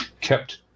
kept